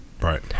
Right